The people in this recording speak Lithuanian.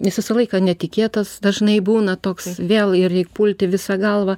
jis visą laiką netikėtas dažnai būna toks vėl ir reik pulti visa galva